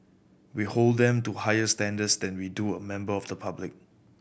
we hold them to higher standards than we do a member of public